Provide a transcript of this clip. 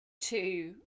Two